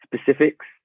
specifics